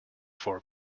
for